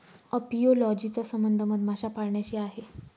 apiology चा संबंध मधमाशा पाळण्याशी आहे